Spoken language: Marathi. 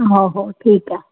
हो हो ठीक आहे